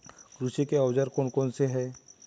कृषि के औजार कौन कौन से हैं?